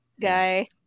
guy